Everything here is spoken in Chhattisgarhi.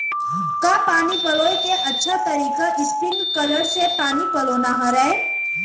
का पानी पलोय के अच्छा तरीका स्प्रिंगकलर से पानी पलोना हरय?